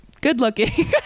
good-looking